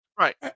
Right